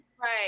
Right